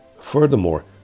furthermore